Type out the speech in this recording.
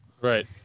right